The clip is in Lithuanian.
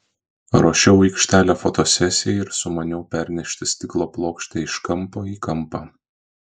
ruošiau aikštelę fotosesijai ir sumaniau pernešti stiklo plokštę iš kampo į kampą